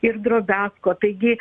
ir drobiasko taigi